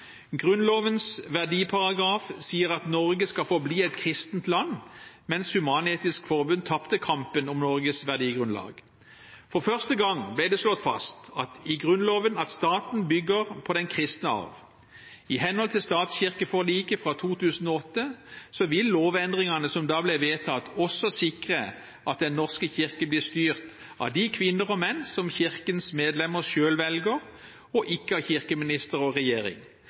Grunnlovens verdiparagraf sier at Norge skal forbli et kristent land, mens Human-Etisk Forbund tapte kampen om Norges verdigrunnlag. For første gang ble det slått fast i Grunnloven at staten bygger på den kristne arv. I henhold til statskirkeforliket fra 2008 vil lovendringene som da ble vedtatt, også sikre at Den norske kirke blir styrt av de kvinner og menn som kirkens medlemmer selv velger – og ikke av kirkeminister og regjering.